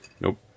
Nope